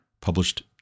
published